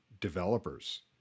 developers